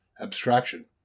Abstraction